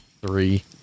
three